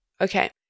Okay